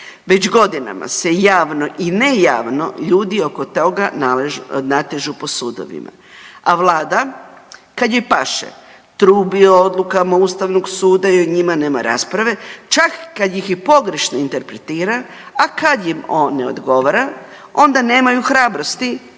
Već godinama se javno i ne javno ljudi oko toga natežu po sudovima, a vlada kad joj paše trubi o odlukama ustavnog suda i o njima nema rasprave čak i kad ih i pogrešno interpretira, a kad im on ne odgovara onda nemaju hrabrosti,